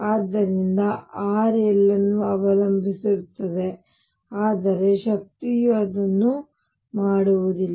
ಆದ್ದರಿಂದ r l ಅನ್ನು ಅವಲಂಬಿಸಿರುತ್ತದೆ ಆದರೆ ಶಕ್ತಿಯು ಅದನ್ನು ಮಾಡುವುದಿಲ್ಲ